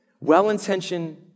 Well-intentioned